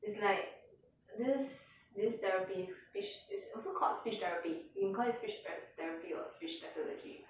it's like this this therapy is speech is also called speech therapy you can call it speech the~ therapy or speech pathology